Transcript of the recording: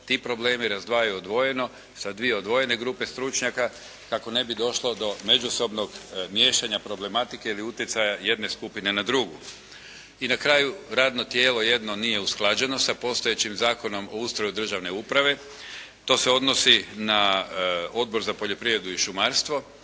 ti problemi razdvajaju odvojeno sa dvije odvojene grupe stručnjaka kako ne bi došlo do međusobnog miješanja problematike ili utjecaja jedne skupine na drugu. I na kraju radno tijelo jedno nije usklađeno sa postojećim zakonom o ustroju državne uprave, to se odnosi na Odbor za poljoprivredu i šumarstvo,